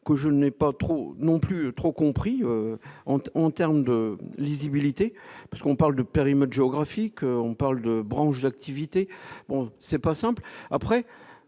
que je n'ai pas trop non plus trop compris en terme de lisibilité parce qu'on parle de périmètre géographique, on parle de branches d'activité, bon c'est pas simple